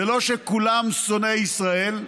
זה לא שכולם שונאי ישראל,